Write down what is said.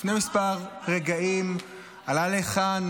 לפני כמה רגעים עלה לכאן